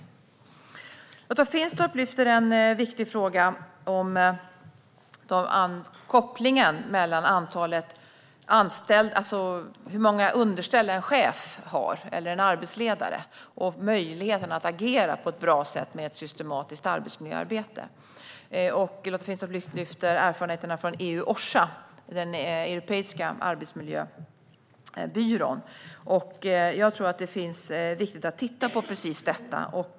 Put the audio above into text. Lotta Finstorp lyfter upp en viktig fråga om kopplingen mellan hur många underställda en chef eller arbetsledare har och möjligheten att agera på ett bra sätt med ett systematiskt arbetsmiljöarbete. Lotta Finstorp lyfter fram erfarenheterna från EU-Osha, den europeiska arbetsmiljöbyrån, och jag tror att det är viktigt att titta på detta.